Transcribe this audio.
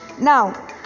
Now